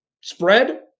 spread